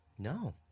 No